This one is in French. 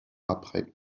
après